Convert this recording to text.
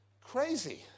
Crazy